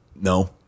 No